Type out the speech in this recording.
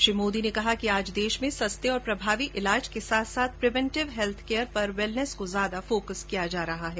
श्री मोदी ने कहा कि आज देश में सस्ते और प्रभावी ईलाज के साथ साथ प्रिवेंटिव हेल्थ केयर पर वेलनैस को ज्यादा फोकस किया जा रहा है